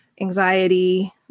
anxiety